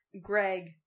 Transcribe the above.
Greg